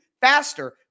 faster